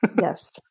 yes